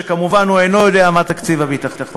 שכמובן הוא אינו יודע מה תקציב הביטחון,